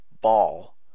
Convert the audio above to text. ball